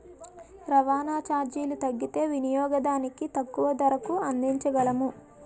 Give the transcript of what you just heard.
రవాణా చార్జీలు తగ్గితే వినియోగదానికి తక్కువ ధరకు అందించగలము